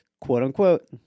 quote-unquote